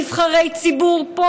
נבחרי ציבור פה,